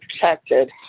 protected